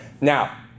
Now